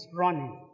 running